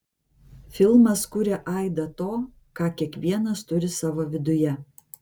filmas kuria aidą to ką kiekvienas turi savo viduje